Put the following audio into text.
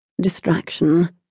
Distraction